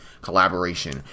collaboration